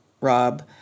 Rob